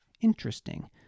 Interesting